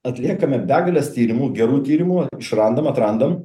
atliekame begales tyrimų gerų tyrimų išrandam atrandam